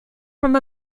from